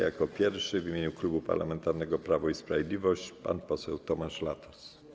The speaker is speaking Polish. Jako pierwszy w imieniu Klubu Parlamentarnego Prawo i Sprawiedliwość pan poseł Tomasz Latos.